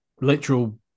literal